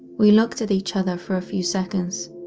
we looked at each other for a few seconds,